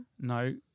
No